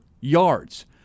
yards